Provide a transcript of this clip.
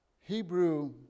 Hebrew